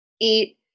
eat